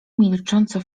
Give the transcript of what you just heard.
milcząco